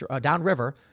downriver